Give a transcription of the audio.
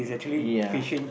ya